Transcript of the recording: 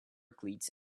cleats